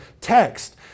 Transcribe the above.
text